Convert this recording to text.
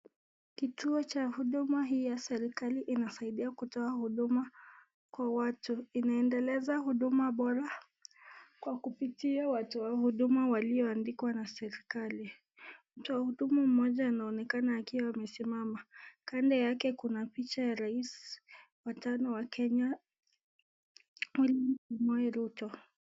Kituo cha huduma hii ya serikali inasaidia kutoa huduma kwa watu. Inaendeleza huduma bora kwa kupitia watu wa huduma walioandikwa na serikali. Mtu wa huduma mmoja anaonekana akiwa amesimama kando yake kuna picha ya rais wa tano wa Kenya William Samoei Ruto.